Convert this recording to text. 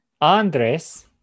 Andres